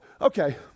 Okay